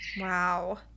Wow